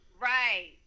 Right